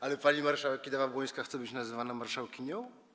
Ale pani marszałek Kidawa-Błońska chce być nazywana marszałkinią?